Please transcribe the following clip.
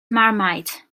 marmite